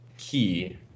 key